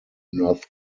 north